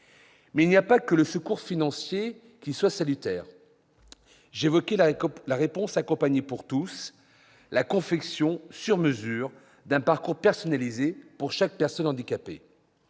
lieu, il n'y a pas que le secours financier qui soit salutaire. J'évoquais la « réponse accompagnée pour tous », la confection sur mesure d'un parcours personnalisé pour chaque personne handicapée.